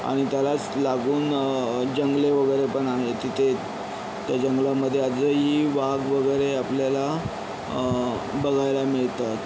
आणि त्यालाच लागून जंगले वगैरे पण आहे तिथे त्या जंगलामध्ये आजही वाघ वगैरे आपल्याला बघायला मिळतात